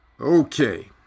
Okay